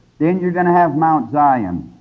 then you are going to have mount zion.